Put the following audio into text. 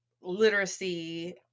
literacy